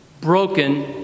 broken